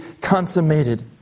consummated